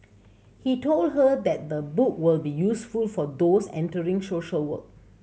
he told her that the book will be useful for those entering social work